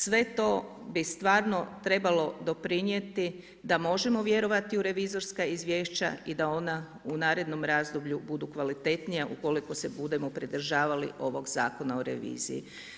Sve to bi stvarno trebalo doprinijeti da možemo vjerovati u revizorska izvješća i da ona u narednom razdoblju budu kvalitetnija ukoliko se budemo pridržavali ovog zakona o reviziji.